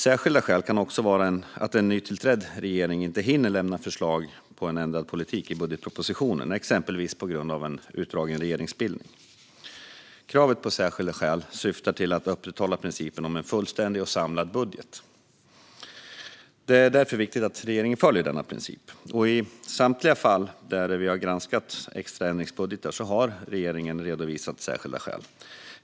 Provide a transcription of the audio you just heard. Särskilda skäl kan också vara att en nytillträdd regering inte hinner lämna förslag på ändrad politik i budgetpropositionen, exempelvis på grund av en utdragen regeringsbildning. Kravet på särskilda skäl syftar till att upprätthålla principen om en fullständig och samlad budget. Det är därför viktigt att regeringen följer denna princip. I samtliga extra ändringsbudgetar som konstitutionsutskottet har granskat har regeringen redovisat särskilda skäl.